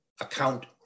account